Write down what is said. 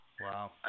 Wow